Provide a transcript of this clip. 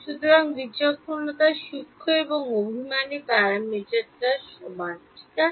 সুতরাং বিচক্ষণতা সূক্ষ্ম এবং কুরান্ট প্যারামিটার 1 সমানঠিক আছে